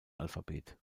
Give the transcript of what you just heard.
alphabet